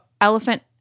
elephant